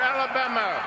Alabama